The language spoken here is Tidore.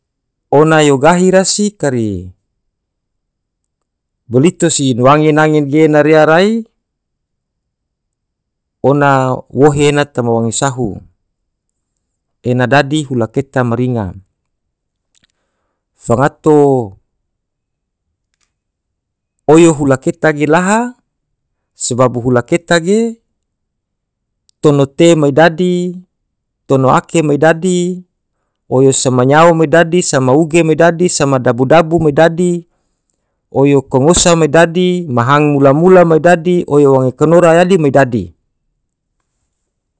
ona gahi rasi kari bolito si nua wange nange gena rea rai ona wohe ena toma wange sahu ena dadi hula keta maringa fangato oyo hula keta ge laha sebab hula keta ge tono te me dadi tono ake me dadi oyo se manyao me dadi, sama uge me dadi, sama dabu dabu me dai oyo kongosa me dadi mahang mula mula me dadi oyo wange konora yadi me dadi.